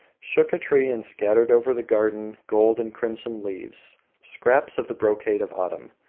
shook a tree and scattered over the garden gold and crimson leaves, scraps of the brocade of autumn!